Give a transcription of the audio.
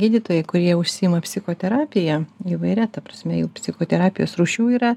gydytojai kurie užsiima psichoterapija įvairia ta prasme jų psichoterapijos rūšių yra